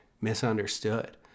misunderstood